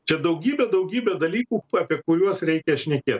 čia daugybė daugybė dalykų apie kuriuos reikia šnekėt